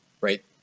right